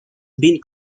been